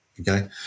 Okay